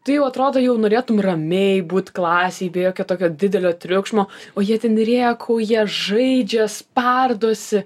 tu jau atrodo jau norėtum ramiai būt klasėj be jokio tokio didelio triukšmo o jie ten rėkauja žaidžia spardosi